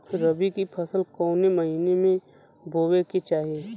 रबी की फसल कौने महिना में बोवे के चाही?